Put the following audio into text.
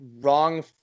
wrong